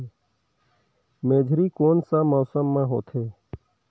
मेझरी कोन सा मौसम मां होथे?